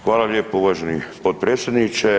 Hvala lijepo uvaženi potpredsjedniče.